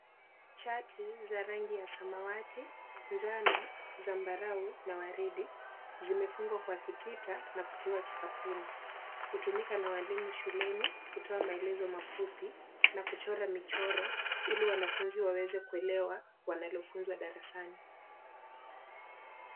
Chati za rangi ya samwati, njano, zambarau na waridi zimefungwa kwa kitita na kutiwa kikapuni. Hutumika na walimu shuleni kutoa maelezo mafupi na kuchora michoro ili wanafunzi waweze kuelewa wanalofunzwa darasani.